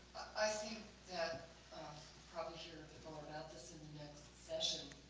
i think that probably hear more about this in the next session,